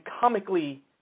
comically